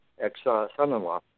ex-son-in-law